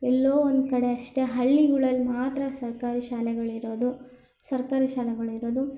ಎಲ್ಲೋ ಒಂದು ಕಡೆ ಅಷ್ಟೇ ಹಳ್ಳಿಗಳಲ್ಲಿ ಮಾತ್ರ ಸರ್ಕಾರಿ ಶಾಲೆಗಳಿರೋದು ಸರ್ಕಾರಿ ಶಾಲೆಗಳಿರೋದು